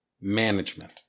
management